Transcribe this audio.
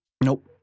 Nope